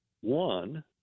One